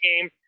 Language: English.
game